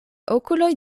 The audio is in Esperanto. okuloj